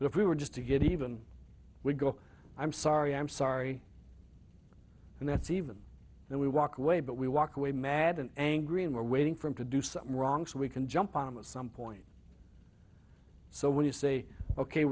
if we were just to get even we go i'm sorry i'm sorry and that's even then we walk away but we walk away mad and angry and we're waiting for him to do something wrong so we can jump on him with some point so when you say ok